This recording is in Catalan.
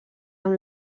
amb